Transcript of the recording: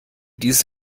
dies